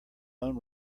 own